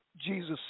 Jesus